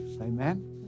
Amen